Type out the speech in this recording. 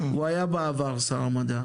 הוא היה בעבר שר המדע,